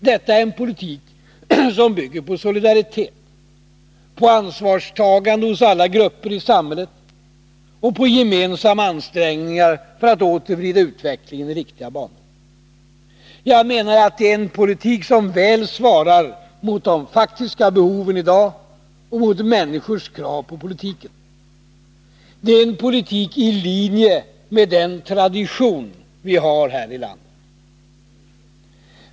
Detta är en politik som bygger på solidaritet, på ansvarstagande hos alla grupper i samhället och på gemensamma ansträngningar för att åter vrida utvecklingen i riktiga banor. Jag menar att det är en politik som väl svarar mot de faktiska behoven i dag och mot människors krav på politiken. Det är en politik i linje med den tradition vi har i det här landet.